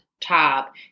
top